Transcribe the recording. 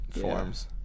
forms